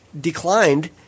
declined –